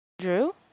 Drew